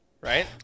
right